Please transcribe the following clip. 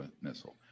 missile